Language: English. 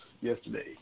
yesterday